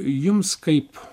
jums kaip